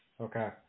Okay